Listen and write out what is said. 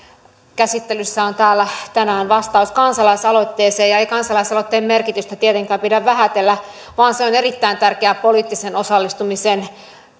käsittelyssä on täällä tänään vastaus kansalaisaloitteeseen eikä kansalaisaloitteen merkitystä tietenkään pidä vähätellä vaan se on erittäin tärkeä poliittisen osallistumisen